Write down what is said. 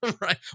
Right